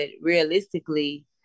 realistically